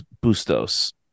Bustos